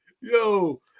Yo